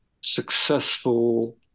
successful